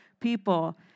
people